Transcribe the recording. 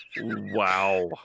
Wow